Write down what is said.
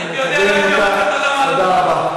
תודה רבה.